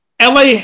LA